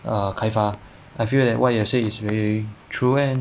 err 开发 I feel that what you have said is very true and